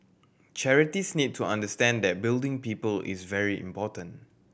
charities need to understand that building people is very important